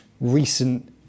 recent